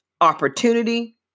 opportunity